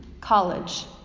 college